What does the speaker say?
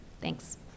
Thanks